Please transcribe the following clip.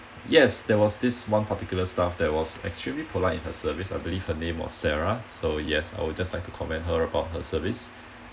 yes there was this one particular staff that was extremely polite in her service I believe her name was sarah so yes I would just like to commend her about her service